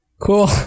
cool